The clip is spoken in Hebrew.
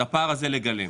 את הפער הזה לגלם.